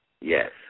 Yes